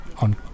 on